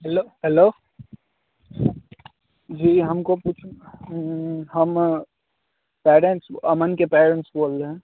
hello hello जी हमको पूछना हम पेरेंट्स अमन के पेरेंट्स बोल रहें